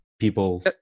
people